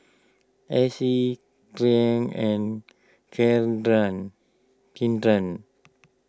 Acie and Kendra Kindom